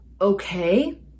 Okay